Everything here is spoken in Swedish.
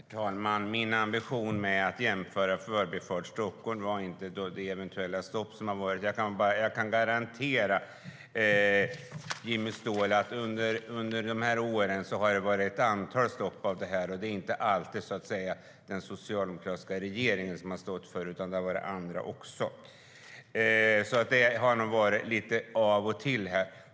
Fru talman! Min ambition med att jämföra med Förbifart Stockholm gällde inte det eventuella stopp som har varit. Jag kan garantera Jimmy Ståhl att det under åren har varit ett antal stopp av detta, och det har inte alltid varit den socialdemokratiska regeringen som har stått för det utan även andra. Det har alltså varit lite av och till.